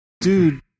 dude